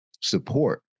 support